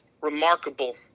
remarkable